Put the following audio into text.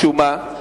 משום מה,